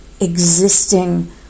existing